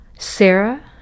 Sarah